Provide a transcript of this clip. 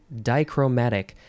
Dichromatic